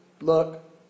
look